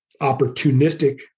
opportunistic